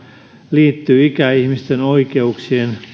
liittyy ikäihmisten oikeuksien